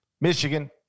Michigan